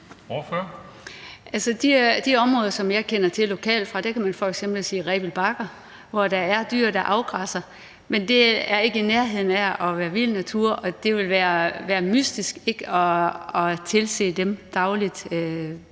til områder, som jeg kender til lokalt, kan man f.eks. tage Rebild Bakker, hvor der er dyr, der afgræsser. Men det er ikke i nærheden af at være vild natur, og det vil være mystisk ikke at tilse dem dagligt.